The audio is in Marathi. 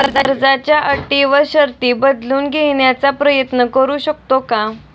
कर्जाच्या अटी व शर्ती बदलून घेण्याचा प्रयत्न करू शकतो का?